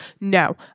no